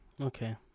okay